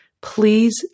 please